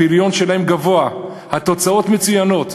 הפריון שלהם גבוה, התוצאות מצוינות.